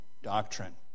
Doctrine